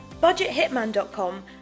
BudgetHitman.com